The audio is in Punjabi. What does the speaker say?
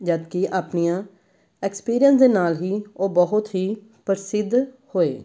ਜਦਕਿ ਆਪਣੀਆਂ ਐਕਸਪੀਰੀਅੰਸ ਦੇ ਨਾਲ ਹੀ ਉਹ ਬਹੁਤ ਹੀ ਪ੍ਰਸਿੱਧ ਹੋਏ